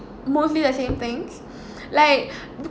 mostly the same things like